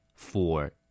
Four